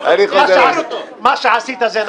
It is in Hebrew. מה שעשית זה נמוך.